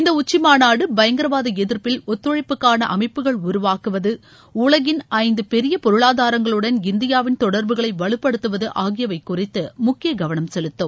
இந்த உச்சிமாநாடு பயங்கரவாத எதிர்ப்பில் ஒத்துழைப்புக்கான அமைப்புகள் உருவாக்குவது உலகின் ஐந்து பெரிய பொருளாதாரங்களுடன் இந்தியாவின் தொடர்புகளை வலுப்படுத்துவது ஆகியவை குறித்து முக்கிய கவனம் செலுத்தும்